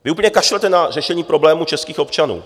Vy úplně kašlete na řešení problémů českých občanů.